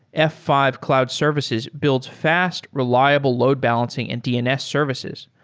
f five cloud services builds fast, reliable load-balancing and dns services.